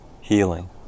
healing